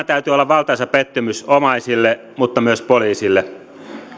täytyy olla valtaisa pettymys omaisille mutta myös poliisille